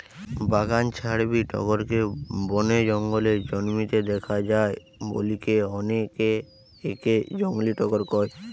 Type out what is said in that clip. বাগান ছাড়াবি টগরকে বনে জঙ্গলে জন্মিতে দেখা যায় বলিকি অনেকে একে জংলী টগর কয়